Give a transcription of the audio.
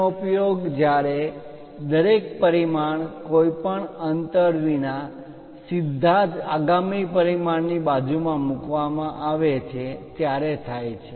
તેનો ઉપયોગ જ્યારે દરેક પરિમાણ કોઈ પણ અંતર વિના સીધા જ આગામી પરિમાણ ની બાજુમાં મૂકવામાં આવે છે ત્યારે થાય છે